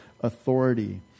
authority